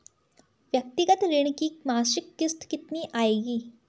व्यक्तिगत ऋण की मासिक किश्त कितनी आएगी?